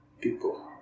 people